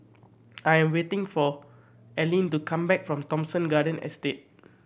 I am waiting for Aleen to come back from Thomson Garden Estate